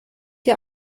ihr